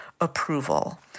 approval